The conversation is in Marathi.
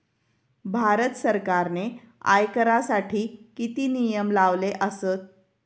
भारत सरकारने आयकरासाठी किती नियम लावले आसत?